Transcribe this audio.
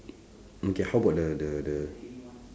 okay how about the the the